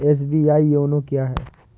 SBI YONO क्या है?